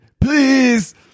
Please